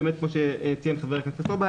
כמו שציין חבר הכנסת סובה,